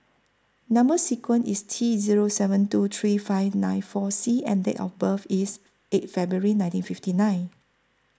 Number sequence IS T Zero seven two three five nine four C and Date of birth IS eight February nineteen fifty nine